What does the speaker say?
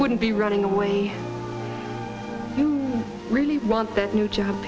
wouldn't be running away you really want that new job